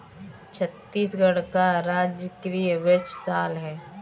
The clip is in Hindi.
छत्तीसगढ़ का राजकीय वृक्ष साल है